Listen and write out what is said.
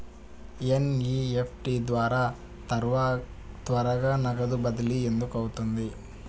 NEFT ద్వారా త్వరగా నగదు బదిలీ ఎందుకు అవుతుంది?